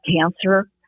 cancer